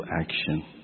action